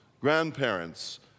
grandparents